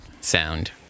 sound